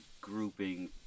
grouping